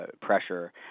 pressure